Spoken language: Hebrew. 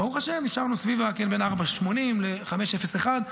ברוך השם, נשארנו בין 4.80 ל-5.01,